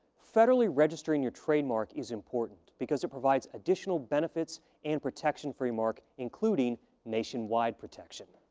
federally registering your trademark is important because it provides additional benefits and protection for your mark, including nationwide protection.